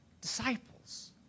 disciples